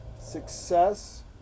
success